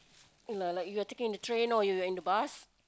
like like you are taking the train or in the bus